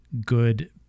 good